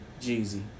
Jeezy